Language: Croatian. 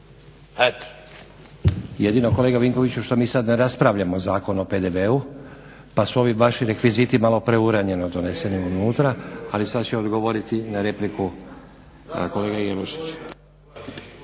Jedino kolega Vinkoviću što mi sad ne raspravljamo Zakon o PDV-u pa su ovi vaši rekviziti malo preuranjeno doneseni unutra ali sad će odgovoriti na repliku kolega Jelušić.